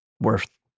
Worth